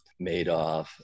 Madoff